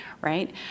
right